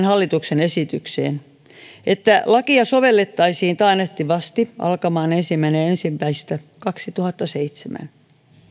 hallituksen esitykseen parannuksen että lakia sovellettaisiin taannehtivasti alkaen ensimmäinen ensimmäistä kaksituhattaseitsemäntoista